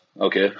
okay